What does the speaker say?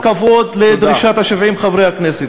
כבוד לדרישת 70 חברי הכנסת.